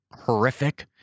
horrific